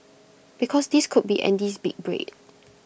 because this could be Andy's big break